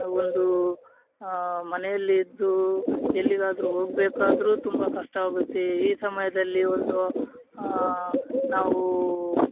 ಒಂದು ಮನೆಯಲ್ಲೇ ಇದ್ದು ಎಲ್ಲಿಗಾದ್ರೂ ಹೋಗಬೇಕಾದ್ರೂ ತುಂಬ ಕಷ್ಟ ಆಗುತ್ತೆ ಈ ಸಮಯದಲ್ಲಿ ಒಂದು ನಾವು